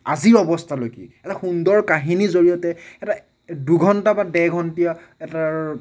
আজিৰ অৱস্থালৈকে এটা সুন্দৰ কাহিনীৰ জৰিয়তে এটা দুঘন্টা বা ডেৰ ঘণ্টীয়া এটাৰ